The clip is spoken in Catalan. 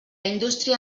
indústria